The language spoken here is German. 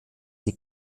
sie